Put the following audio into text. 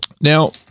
Now